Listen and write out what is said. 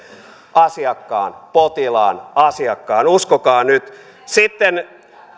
asiakkaan potilaan asiakkaan uskokaa nyt sitten